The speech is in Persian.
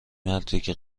مرتیکه